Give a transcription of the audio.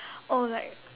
oh like